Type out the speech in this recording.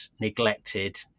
neglected